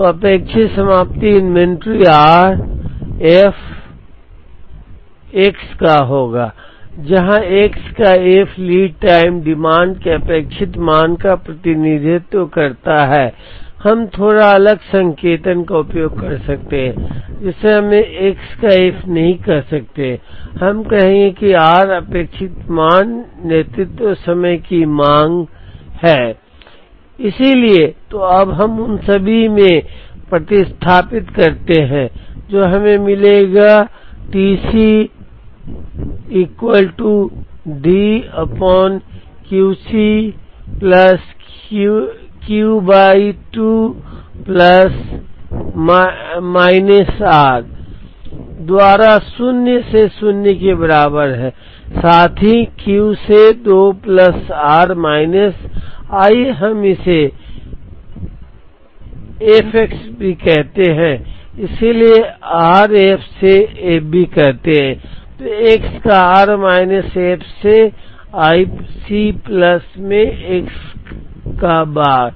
तो अपेक्षित समाप्ति inventory r f of x होगा जहाँ x का f लीड टाइम डिमांड के अपेक्षित मान का प्रतिनिधित्व करता है या हम थोड़ा अलग संकेतन का उपयोग कर सकते हैं जिसे हम x का f नहीं कह सकते हैं हम कहेंगे कि r अपेक्षित मान नेतृत्व समय की मांगexpected value of lead time demand इसलिए तो अब हम उन सभी में प्रतिस्थापित करते हैं जो हमें मिलेगा TC DQC Q2 द्वारा शून्य से शून्य के बराबर है साथ ही Q से 2 प्लस आर माइनस आइए हम इसे f x भी कहते हैं इसलिए r f से f भी कहते हैं तो x का r माइनस f से i C प्लस में x का बार